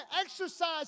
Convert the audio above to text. exercise